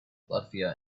latvia